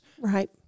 right